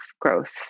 growth